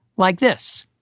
like this.